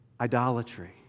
idolatry